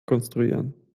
konstruieren